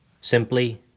simply